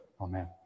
Amen